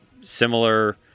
similar